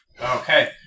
Okay